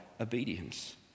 obedience